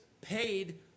paid